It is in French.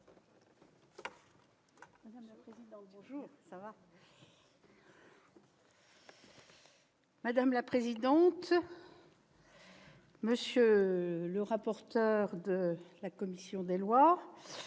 Madame la présidente, monsieur le rapporteur de la commission des lois,